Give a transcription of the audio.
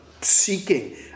seeking